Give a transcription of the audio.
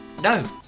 No